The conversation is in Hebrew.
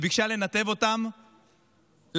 וביקשה לנתב אותם למלחמה.